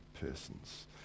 persons